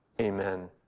Amen